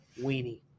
Weenie